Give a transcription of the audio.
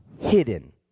hidden